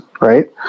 right